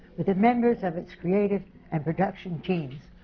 with the members of its creative and production teams.